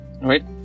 right